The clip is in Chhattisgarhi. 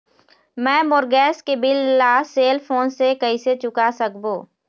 मैं मोर गैस के बिल ला सेल फोन से कइसे चुका सकबो?